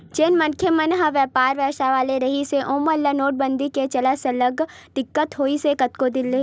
जेन मनखे मन ह बइपार बेवसाय वाले रिहिन हे ओमन ल नोटबंदी के चलत सरलग दिक्कत होइस हे कतको दिन ले